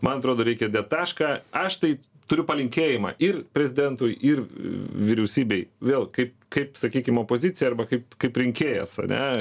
man atrodo reikia dėt tašką aš tai turiu palinkėjimą ir prezidentui ir vyriausybei vėl kaip kaip sakykim opozicija arba kaip kaip rinkėjas ane